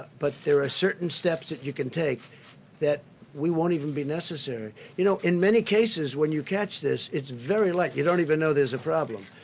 but there are certain steps that you can take that we won't even be necessary. you know, in many cases when you catch this, it's very likely like you don't even know there's a problem.